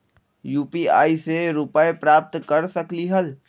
UPI से रुपए प्राप्त कर सकलीहल?